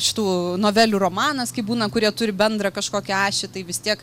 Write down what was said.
šitų novelių romanas kai būna kurie turi bendrą kažkokią ašį tai vis tiek